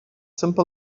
simple